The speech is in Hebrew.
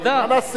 מה נעשה,